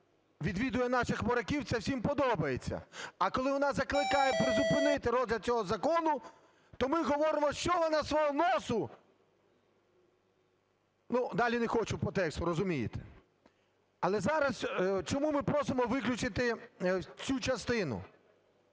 відвідує наших моряків – це всім подобається, а коли вона закликає призупинити розгляд цього закону, то ми говоримо, що вона свого носу…, ну, далі не хочу по тексту, розумієте. Але зараз… Чому ми просимо виключити цю частину?